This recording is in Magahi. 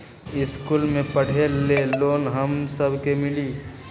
इश्कुल मे पढे ले लोन हम सब के मिली?